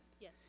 Yes